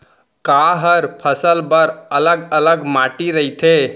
का हर फसल बर अलग अलग माटी रहिथे?